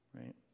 Right